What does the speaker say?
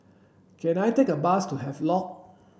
can I take a bus to Havelock